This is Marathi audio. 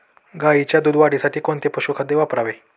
गाईच्या दूध वाढीसाठी कोणते पशुखाद्य वापरावे?